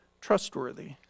trustworthy